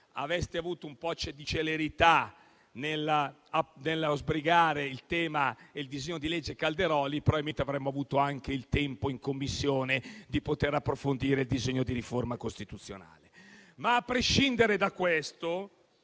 aveste avuto un po' di celerità nello sbrigare il tema del cosiddetto disegno di legge Calderoli, probabilmente avremmo avuto anche il tempo in Commissione di poter approfondire il disegno di riforma costituzionale. Ma prescindiamo da questo